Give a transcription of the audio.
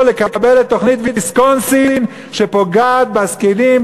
לקבל את תוכנית ויסקונסין שפוגעת בזקנים,